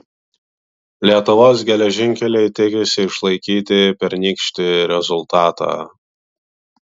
lietuvos geležinkeliai tikisi išlaikyti pernykštį rezultatą